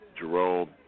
Jerome